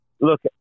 look –